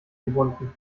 gebunden